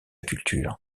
culture